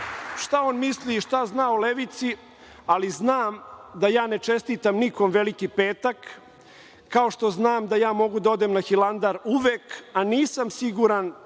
šta on misli i šta zna o levici, ali znam da ja ne čestitam nikom Veliki petak, kao što znam da ja mogu da odem na Hilandar uvek, a nisam siguran